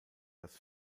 das